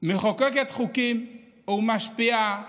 מחוקקת חוקים ומשפיעה